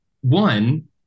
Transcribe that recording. One